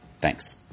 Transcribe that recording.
thanks